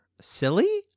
silly